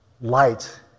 light